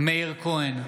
מאיר כהן,